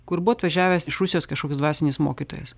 kur buvo atvažiavęs iš rusijos kažkoks dvasinis mokytojas